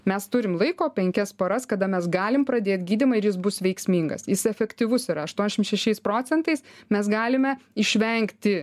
mes turim laiko penkias paras kada mes galim pradėt gydymą ir jis bus veiksmingas jis efektyvus yra aštuoniasdešim šešiais procentais mes galime išvengti